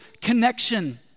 connection